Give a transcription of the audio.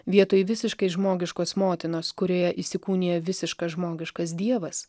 vietoj visiškai žmogiškos motinos kurioje įsikūnija visiškas žmogiškas dievas